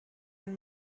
and